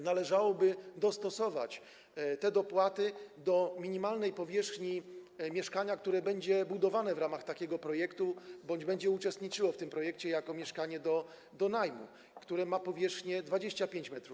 Należałoby więc dostosować te dopłaty do minimalnej powierzchni mieszkania, które będzie budowane w ramach takiego projektu bądź będzie uczestniczyło w tym projekcie jako mieszkanie przeznaczone do najmu, a które ma powierzchnię 25 m2.